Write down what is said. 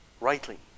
rightly